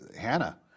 Hannah